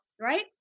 right